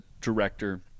director